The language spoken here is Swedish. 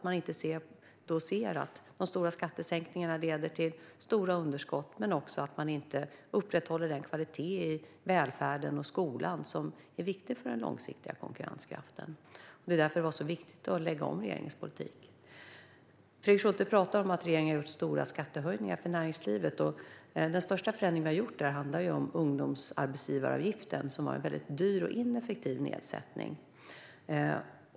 Man ser inte att de stora skattesänkningarna leder till stora underskott och till att kvaliteten i välfärden och skolan inte upprätthålls, vilket är viktigt för den långsiktiga konkurrenskraften. Det var därför det var så viktigt att lägga om regeringens politik. Fredrik Schulte pratar om att regeringen har infört stora skattehöjningar för näringslivet. Den största förändringen handlar om ungdomsarbetsgivaravgiften, som var en dyr och ineffektiv nedsättning.